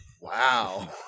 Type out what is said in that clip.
Wow